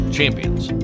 champions